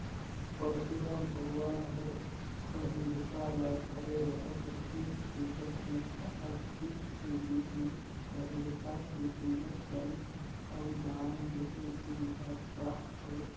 परसुराम भगवान हर फइरसा ल धरे रहत रिहिस तेखर सेंथा अक्ती के दिन मे फइरसा के पूजा करे अउ दान देहे के महत्ता हवे